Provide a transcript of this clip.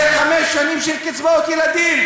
זה חמש שנים של קצבאות ילדים.